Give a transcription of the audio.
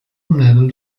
nella